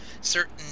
certain